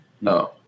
no